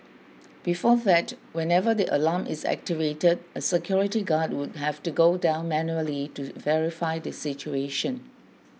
before that whenever the alarm is activated a security guard would have to go down manually to verify the situation